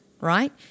right